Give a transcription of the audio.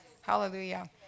Hallelujah